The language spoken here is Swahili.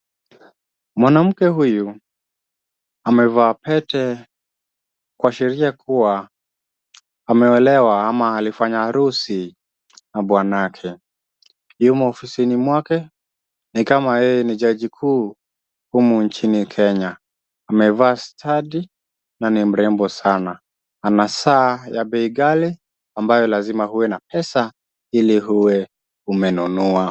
Mwanamke huyu amevaa pete kuashiria kuwa ameolewa ama alifanya harusi na bwanake yumo ofisini mwake nikama yeye ni jaji mkuu humu nchini Kenya. Amevaa stadi na ni mrembo sana. Ana saa ya bei ghali ambayo lazima uwe na pesa ili uwe umenunua.